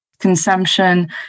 consumption